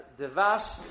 Devash